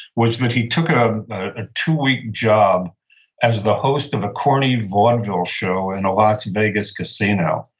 was that he took ah a two-week job as the host of a corny vaudeville show in a las vegas casino.